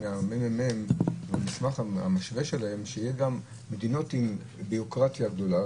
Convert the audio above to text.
מהממ"מ במסמך המשווה שלהם שיהיו גם מדינות עם ביורוקרטיה גדולה,